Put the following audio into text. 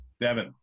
Devin